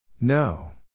No